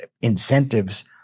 incentives